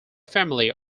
family